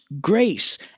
grace